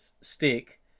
stick